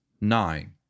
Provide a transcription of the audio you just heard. Nine